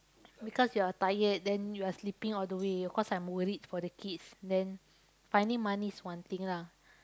because you are tired then you are sleeping all the way cause I'm worried for the kids then finding money is one thing lah